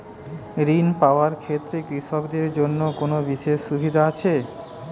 ঋণ পাওয়ার ক্ষেত্রে কৃষকদের জন্য কোনো বিশেষ সুবিধা আছে?